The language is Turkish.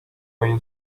ayın